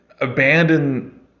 abandon